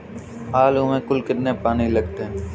आलू में कुल कितने पानी लगते हैं?